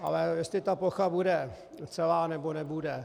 Ale jestli ta plocha bude celá, nebo nebude.